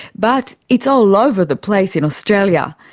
but it's all over the place in australia.